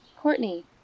Courtney